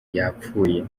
yapfuye